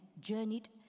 journeyed